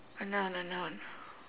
a noun a noun